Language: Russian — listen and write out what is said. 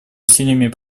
усилиям